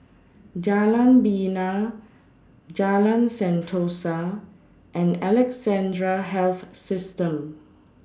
Jalan Bena Jalan Sentosa and Alexandra Health System